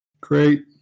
Great